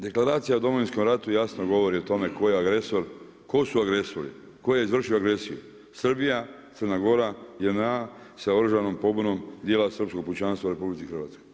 Deklaracija o Domovinskom ratu jasno govori o tome tko je agresor, tko su agresori, tko je izvršio agresiju, Srbija, Crna Gora, JNA sa oružanom pobunom dijela srpskog pučanstva u RH.